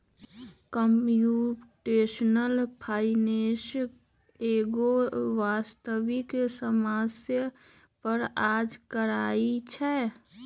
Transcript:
computational finance एगो वास्तविक समस्या पर काज करइ छै